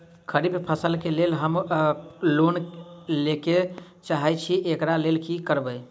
खरीफ फसल केँ लेल हम लोन लैके चाहै छी एकरा लेल की करबै?